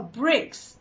bricks